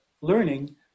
learning